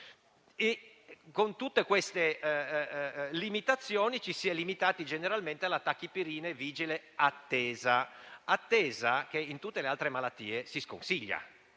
Con tutte queste barriere, ci si è limitati generalmente a tachipirina e vigile attesa. Un'attesa che in tutte le altre malattie si sconsiglia